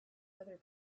other